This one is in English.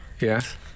Yes